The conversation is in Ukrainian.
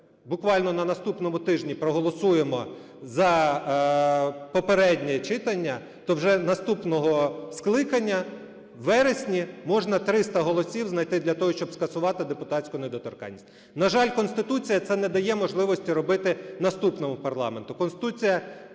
буквально на наступному тижні проголосуємо за попереднє читання, то вже наступного скликання у вересні можна 300 голосів знайти для того, щоб скасувати депутатську недоторканність. На жаль, Конституція це не дає можливості робити наступному парламенту.